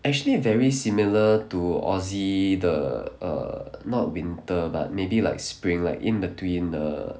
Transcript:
actually very similar to aussie the err not winter but maybe like spring like in between the